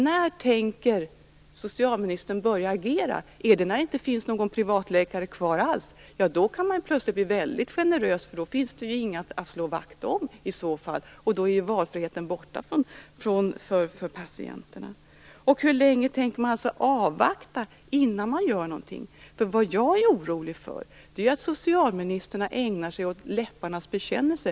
När tänker socialministern börja agera? När det inte finns någon privatläkare kvar alls? Då kan man ju plötsligt bli väldigt generös, för då finns det inga att slå vakt om och valfriheten för patienterna är borta. Jag är orolig för att socialministern ägnar sig åt läpparnas bekännelse.